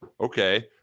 Okay